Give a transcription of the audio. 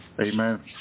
amen